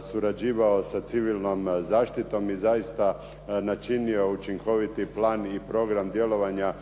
surađivao sa civilnom zaštitom i zaista načinio učinkovit plan i program djelovanja